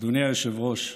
אדוני היושב-ראש,